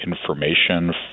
information